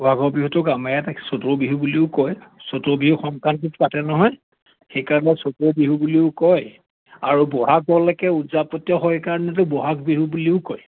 বহাগৰ বিহুটোক আমাৰ ইয়াত চতৰ বিহু বুলিও কয় চতৰ বিহু সংক্ৰান্তিত পাতে নহয় সেইকাৰণে চতৰ বিহু বুলিও কয় আৰু বহাগৰলেকে হয় কাৰণেতো বহাগ বিহু বুলিও কয়